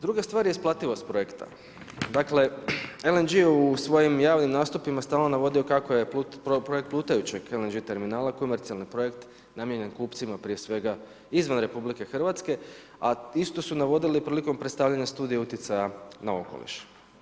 Druga stvar je isplativost projekta, dakle LNG je u svojim javnim nastupima stalno navodio kako je projekt plutajućeg LNG terminala komercijalni projekt namijenjen kupcima, prije svega izvan RH, a isto su navodili prilikom predstavljanja Studija utjecaja na okoliš.